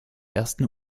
ersten